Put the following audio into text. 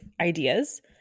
ideas